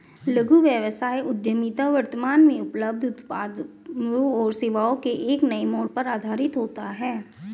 लघु व्यवसाय उद्यमिता वर्तमान में उपलब्ध उत्पादों और सेवाओं पर एक नए मोड़ पर आधारित होता है